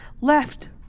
left